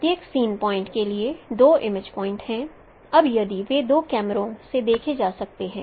प्रत्येक scene point के लिए दो इमेज पॉइंट हैं अब यदि वे दो कैमरों से देखे जा सकते हैं